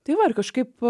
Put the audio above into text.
tai va ir kažkaip